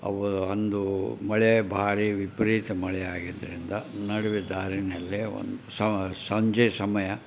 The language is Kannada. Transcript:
ಅವು ಅಂದು ಮಳೆ ಭಾರೀ ವಿಪರೀತ ಮಳೆ ಆಗಿದ್ದರಿಂದ ನಡುವೆ ದಾರಿಯಲ್ಲೇ ಒಂದು ಸಂಜೆ ಸಮಯ